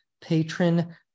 patron